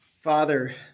Father